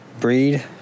Breed